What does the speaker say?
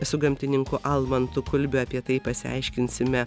su gamtininku almantu kulbiu apie tai pasiaiškinsime